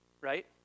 right